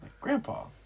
grandpa